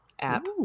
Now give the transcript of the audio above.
app